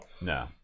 No